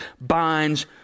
binds